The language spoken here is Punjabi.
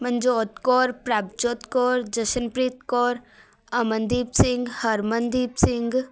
ਮਨਜੋਤ ਕੌਰ ਪ੍ਰਭਜੋਤ ਕੌਰ ਜਸ਼ਨਪ੍ਰੀਤ ਕੌਰ ਅਮਨਦੀਪ ਸਿੰਘ ਹਰਮਨਦੀਪ ਸਿੰਘ